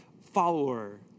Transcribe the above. follower